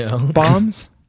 bombs